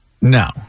No